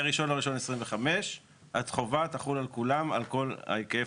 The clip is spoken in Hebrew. ולכן, חשוב לחדד את מה שהוא